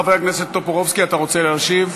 חבר הכנסת טופורובסקי, אתה רוצה להשיב?